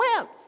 wimps